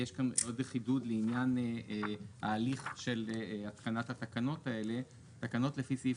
יש כאן עוד חידוד לעניין ההליך של התקנת התקנות האלה: "תקנות לפי סעיף